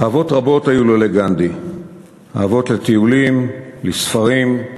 אהבות רבות היו לו לגנדי: אהבות לטיולים, לספרים,